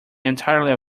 entirely